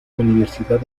universidad